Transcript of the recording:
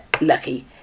Lucky